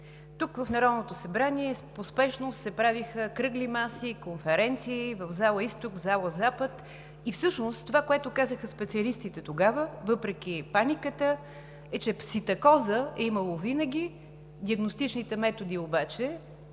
Тук, в Народното събрание, по спешност се правиха кръгли маси, конференции в зала Изток, в зала Запад и всъщност това, което казаха специалистите тогава, въпреки паниката, е, че пситакоза е имало винаги. Диагностичните методи обаче